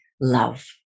love